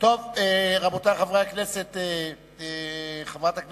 רבותי חברי הכנסת, על-פי